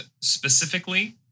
specifically